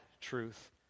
truth